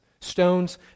stones